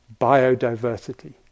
biodiversity